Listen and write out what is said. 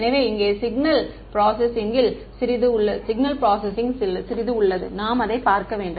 எனவே இங்கே சிக்னல் ப்ரோசெஸ்ஸிங்கில் சிறிது உள்ளது நாம் அதை பார்க்க வேண்டும்